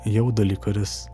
jaudulį kuris